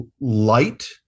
light